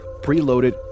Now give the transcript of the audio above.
preloaded